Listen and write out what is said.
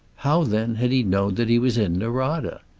how, then, had he known that he was in norada?